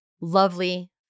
lovely